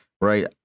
right